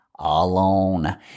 alone